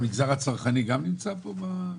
המגזר הצרכני גם נמצא פה?